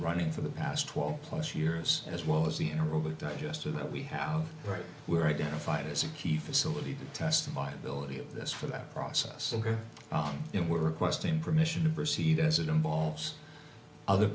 running for the past twelve plus years as well as the in aruba digester that we have right we're identified as a key facility to test my ability of this for that process in we're requesting permission to proceed as it involves other